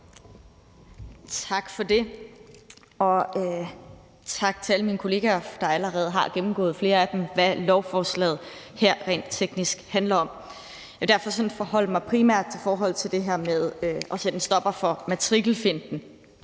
Tak for det, og tak til alle mine kollegaer, hvoraf flere allerede har gennemgået, hvad lovforslaget her rent teknisk handler om. Jeg vil derfor primært forholde mig til det her med at sætte en stopper for matrikelfinten.